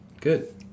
Good